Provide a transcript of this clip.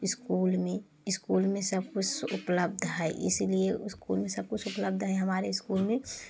school में school में सब कुछ उपलब्ध है इसीलिए स्कूल में सब कुछ उपलब्ध है हमारे स्कूल में